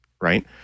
right